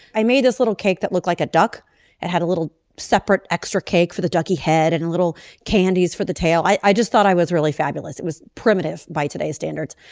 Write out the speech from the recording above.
i made this little cake that look like a duck and had a little separate extra cake for the ducky head and a little candies for the tail. i i just thought i was really fabulous. it was primitive by today's standards.